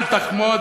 אל תחמוד,